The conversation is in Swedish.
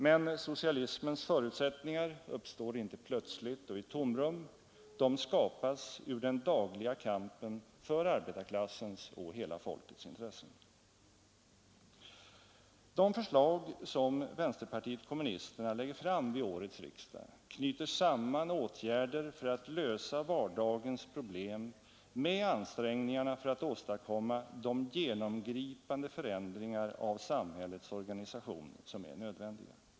Men socialismens förutsättningar uppstår inte plötsligt och i ett tomrum, De skapas ur den dagliga kampen för arbetarklassens och hela folkets intressen. De förslag som vänsterpartiet kommunisterna lägger fram vid årets riksdag knyter samman åtgärder för att lösa vardagens problem med ansträngningarna för att åstadkomma de genomgripande förändringar av samhällets organisation som är nödvändiga.